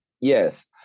Yes